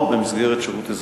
או במסגרת שירות אזרחי.